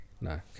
No